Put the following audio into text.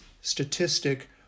statistic